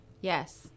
Yes